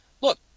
look